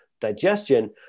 digestion